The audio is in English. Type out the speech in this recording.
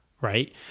right